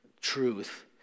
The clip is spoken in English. truth